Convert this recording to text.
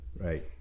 right